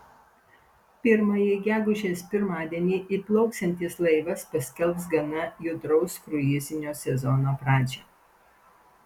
pirmąjį gegužės pirmadienį įplauksiantis laivas paskelbs gana judraus kruizinio sezono pradžią